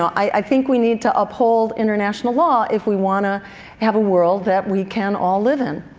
i think we need to uphold international law if we want to have a world that we can all live in.